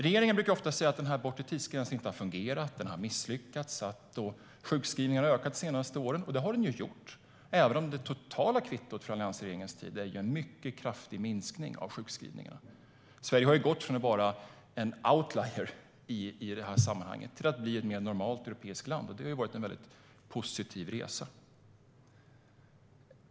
Regeringen brukar ofta säga att den bortre tidsgränsen inte har fungerat, att den har misslyckats och att sjukskrivningarna har ökat de senaste åren. Det har de gjort, även om det totala kvittot från alliansregeringens tid är en mycket kraftig minskning av sjukskrivningarna. Sverige har gått från att vara en outlier i det här sammanhanget till att bli ett mer normalt europeiskt land, och det har varit en positiv resa.